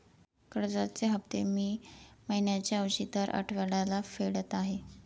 कर्जाचे हफ्ते मी महिन्या ऐवजी दर आठवड्याला फेडत आहे